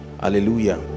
Hallelujah